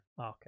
Okay